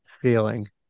feeling